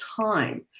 time